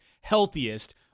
healthiest